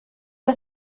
das